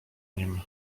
nim